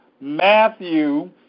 Matthew